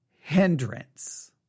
hindrance